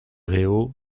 réaux